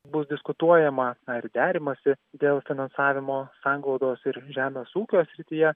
bus diskutuojama ar derimasi dėl finansavimo sanglaudos ir žemės ūkio srityje